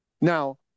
Now